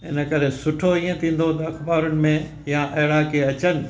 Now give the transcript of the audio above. इन करे सुठो ईअं थींदो त अख़बारुनि में या अहिड़ा कंहिं अचनि